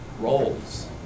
roles